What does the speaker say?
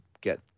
get